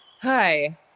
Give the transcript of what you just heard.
Hi